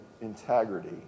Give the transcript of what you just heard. integrity